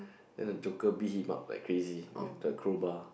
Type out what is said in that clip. then the Joker beat him up like crazy with the crowbar